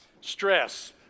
Stress